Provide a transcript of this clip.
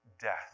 death